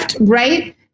right